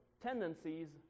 tendencies